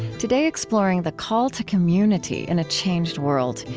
today, exploring the call to community in a changed world,